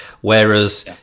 whereas